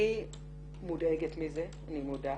אני מודאגת מזה, אני מודה.